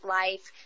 life